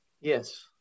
Yes